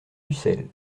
ussel